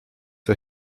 się